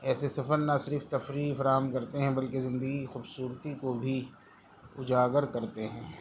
ایسے سفر نہ صرف تفریح فراہم کرتے ہیں بلکہ زندگی کی خوبصورتی کو بھی اجاگر کرتے ہیں